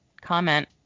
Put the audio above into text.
comment